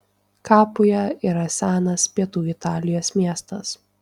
kapuja yra senas pietų italijos miestas